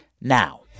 now